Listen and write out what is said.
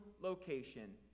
location